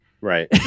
Right